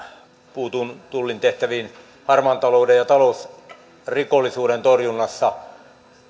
puutun tullin tehtäviin harmaan talouden ja talousrikollisuuden torjunnassa